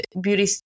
beauty